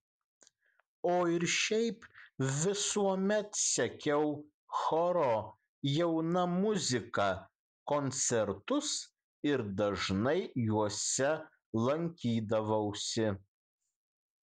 o ir šiaip visuomet sekiau choro jauna muzika koncertus ir dažnai juose lankydavausi